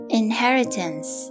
inheritance